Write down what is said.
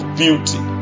beauty